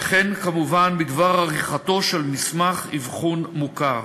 וכן כמובן הוראות בדבר עריכתו של מסמך אבחון מוכר.